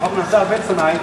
החוק נעשה הרבה לפני,